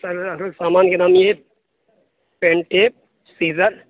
سامان کے نام یہ پین ٹیپ سیزر